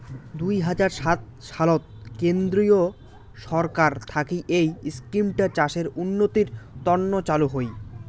দুই হাজার সাত সালত কেন্দ্রীয় ছরকার থাকি এই ইস্কিমটা চাষের উন্নতির তন্ন চালু হই